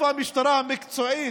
איפה המשטרה המקצועית?